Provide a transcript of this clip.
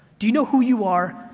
do you know who you are,